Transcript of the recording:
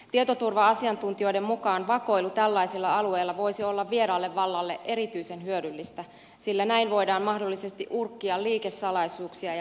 tietoturva asiantuntijoiden mukaan vakoilu tällaisella alueella voisi olla vieraalle vallalle erityisen hyödyllistä sillä näin voidaan mahdollisesti urkkia liikesalaisuuksia ja vastaavia tietoja